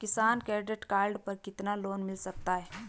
किसान credit card पर कितना लोंन मिल सकता है?